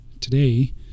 today